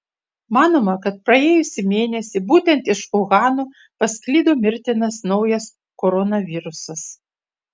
manoma kad praėjusį mėnesį būtent iš uhano pasklido mirtinas naujas koronavirusas